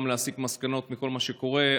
גם להסיק מסקנות מכל מה שקורה,